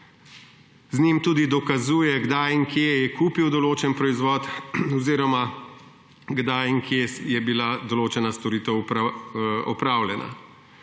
z njim tudi dokazuje, kdaj in kje je kupil določen proizvod oziroma kdaj in kje je bila določena storitev opravljena.